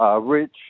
rich